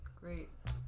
Great